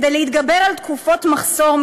כדי להתגבר על תקופות מחסור,